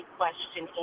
question